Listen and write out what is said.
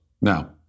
Now